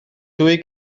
dwy